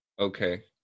Okay